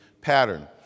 pattern